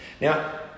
Now